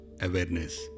awareness